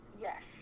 Yes